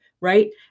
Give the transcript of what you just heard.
right